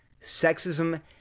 sexism